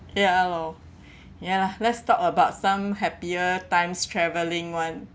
ya lor ya lah let's talk about some happier times travelling [one]